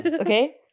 Okay